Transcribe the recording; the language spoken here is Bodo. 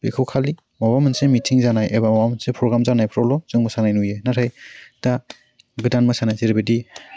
बेखौ खालि माबा मोनसे मिथिं जानाय एबा माबा मोनसे प्रग्राम जानायफ्रावल' जों मोसानाय नुयो नाथाय दा गोदान मोसानाय जेरैबायदि